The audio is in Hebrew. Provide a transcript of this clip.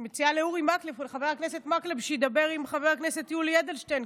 אני מציעה לחבר הכנסת מקלב שידבר עם חבר הכנסת יולי אדלשטיין,